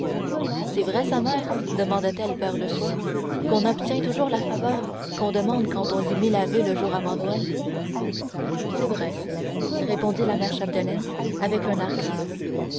c'est vrai sa mère demanda-t-elle vers le soir qu'on obtient toujours la faveur qu'on demande quand on dit mille ave le jour avant noël c'est vrai répondit la mère chapdelaine d'un air grave